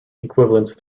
equivalence